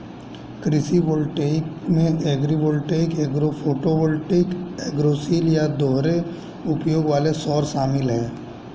कृषि वोल्टेइक में agrivoltaic agro photovoltaic agrisol या दोहरे उपयोग वाले सौर शामिल है